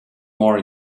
more